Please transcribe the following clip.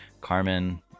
Carmen